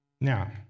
Now